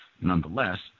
Nonetheless